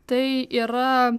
tai yra